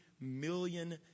million